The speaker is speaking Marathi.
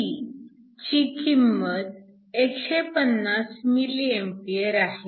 Isc ची किंमत 150mA आहे